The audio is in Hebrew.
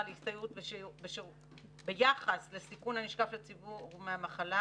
להסתייעות בשירות ביחס לסיכון הנשקף לציבור מהמחלה",